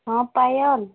ହଁ ପାୟଲ